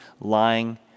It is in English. lying